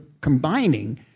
combining